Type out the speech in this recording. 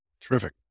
Terrific